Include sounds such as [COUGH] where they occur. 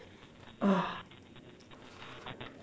[NOISE]